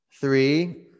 Three